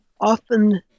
Often